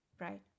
Right